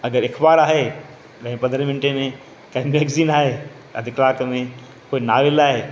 अगरि हिकु बार आहे ॾहें पंद्रहें मिंटे में त मेगज़िन आहे अधु कलाक में कोई नावेल आहे